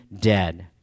dead